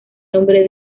nombre